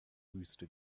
wüste